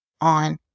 on